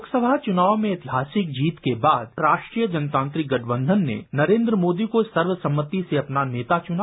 लोकसभा चुनाव में एतिहासिक जीत के बाद राष्ट्रीय जनतांत्रिक गठबंधन ने नरेन्द्र मोदी को सर्वसम्मति से अपना नेता चुना